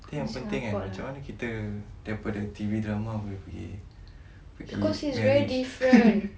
tapi yang penting eh daripada T_V drama boleh pergi marriage